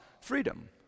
freedom